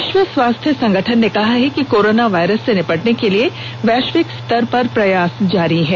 विश्व स्वास्थ्य संगठन ने कहा है कि कोरोना वायरस से निपटने के लिए वैश्विक स्तर पर प्रयास जारी है